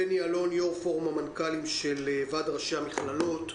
בני אלון יו"ר פורום המנכ"לים של ועד ראשי המכללות.